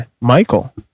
Michael